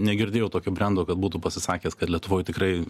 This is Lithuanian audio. negirdėjau tokio brendo kad būtų pasisakęs kad lietuvoj tikrai